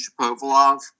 shapovalov